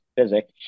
physics